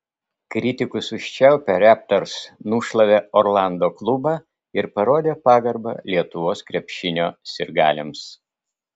kritikus užčiaupę raptors nušlavė orlando klubą ir parodė pagarbą lietuvos krepšinio sirgaliams